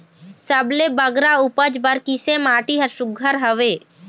सबले बगरा उपज बर किसे माटी हर सुघ्घर हवे?